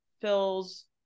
fills